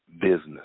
business